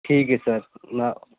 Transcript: ٹھیک ہے سر نا